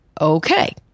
Okay